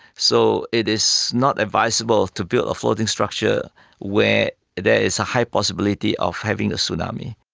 so it is not advisable to build a floating structure where there is a high possibility of having a tsunami.